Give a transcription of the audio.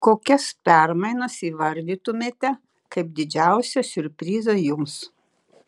kokias permainas įvardytumėte kaip didžiausią siurprizą jums